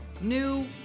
new